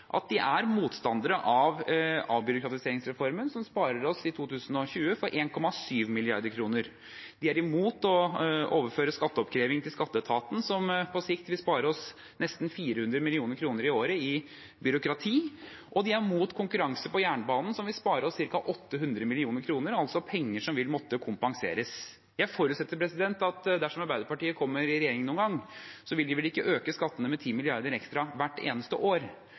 at de er motstandere av avbyråkratiseringsreformen, som i 2020 vil spare oss for 1,7 mrd. kr. De er imot å overføre skatteoppkreving til skatteetaten, som på sikt vil spare oss for nesten 400 mill. kr i året i byråkrati, og de er imot konkurranse på jernbanen, som vil spare oss for ca. 800 mill. kr, altså penger som vil måtte kompenseres. Jeg forutsetter, dersom Arbeiderpartiet kommer i regjering noen gang, at de ikke vil øke skattene med 10 mrd. kr ekstra hvert eneste år.